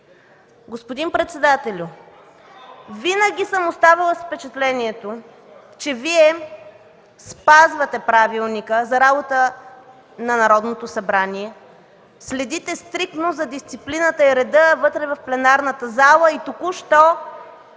Господин председателю, винаги съм оставала с впечатлението, че спазвате Правилника за организацията и дейността на Народното събрание, следите стриктно за дисциплината и реда в пленарната зала и току-що